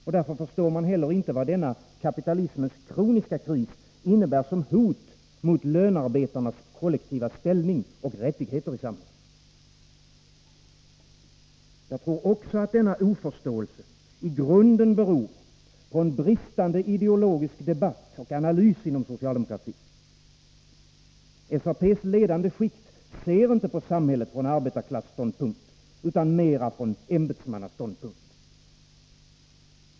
Och därför förstår man inte heller vad denna kapitalismens kroniska kris innebär som hot mot lönarbetarnas kollektiva ställning och rättigheter i samhället. Jag tror också att denna oförståelse i grunden beror på en bristande ideologisk debatt och analys inom socialdemokratin. SAP:s ledande skikt ser inte på samhället från arbetarklasståndpunkt utan mer från ämbetsmannaståndpunkt.